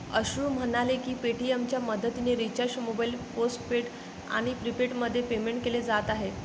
अश्रू म्हणाले की पेटीएमच्या मदतीने रिचार्ज मोबाईल पोस्टपेड आणि प्रीपेडमध्ये पेमेंट केले जात आहे